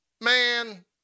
man